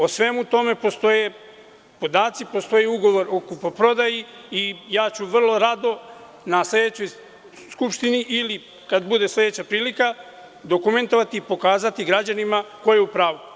O svemu tome postoje podaci, postoji ugovor o kupoprodaji i ja ću vrlo rado na sledećoj sednici Skupštine ili kada bude sledeća prilika dokumentovati i pokazati građanima ko je u pravu.